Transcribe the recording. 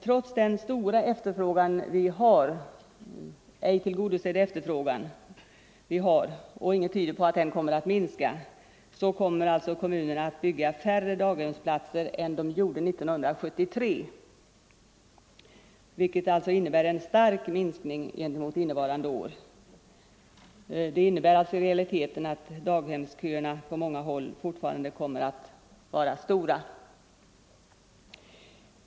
Trots den stora, ej tillgodosedda, efterfrågan som vi har — och ingenting tyder på att efterfrågan skulle minska - kommer alltså kommunerna att bygga färre daghemsplatser än de gjorde 1973, vilket innebär en stark minskning gentemot innevarande år. I realiteten kommer daghemsköerna på många håll fortfarande att vara långa.